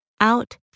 out